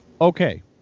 okay